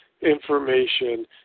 information